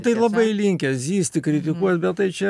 tai labai linkę zyzti kritikuot bet tai čia